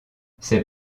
c’est